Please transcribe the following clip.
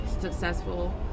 successful